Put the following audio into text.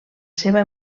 seva